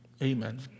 Amen